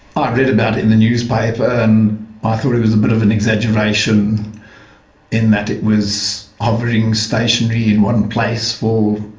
i read about it in the newspaper and i ah thought it was a bit of an exaggeration in that it was hovering stationary in one place for,